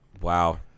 Wow